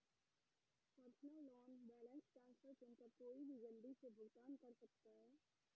personal loan balance transfer चुनकर कोई भी जल्दी से भुगतान कर सकता है